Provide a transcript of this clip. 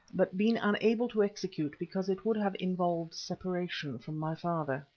but been unable to execute because it would have involved separation from my father.